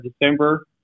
December